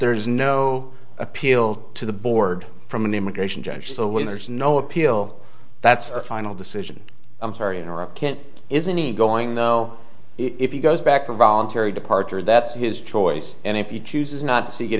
there is no appeal to the board from an immigration judge so when there's no appeal that's a final decision i'm sorry in iraq it isn't he going though if he goes back for voluntary departure that's his choice and if you chooses not to see it